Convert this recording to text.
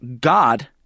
God